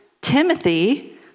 Timothy